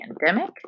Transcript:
pandemic